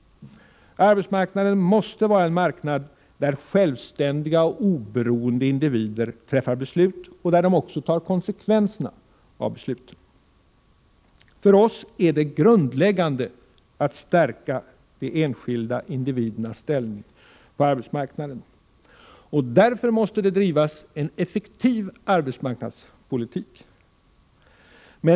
Arbets marknaden måste vara en marknad där självständiga och oberoende individer träffar beslut och också tar konsekvenserna av besluten. För oss är det grundläggande att stärka de enskilda individernas ställning på arbetsmarknaden. Därför måste det drivas en effektiv arbetsmarknadspolitik.